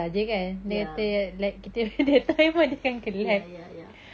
ya ya ya ya